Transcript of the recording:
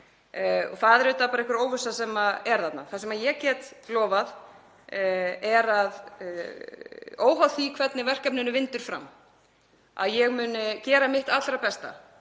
og það er auðvitað bara einhver óvissa sem er þarna. Það sem ég get lofað er, óháð því hvernig verkefninu vindur fram, að ég mun gera mitt allra besta